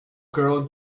girl